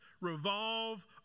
revolve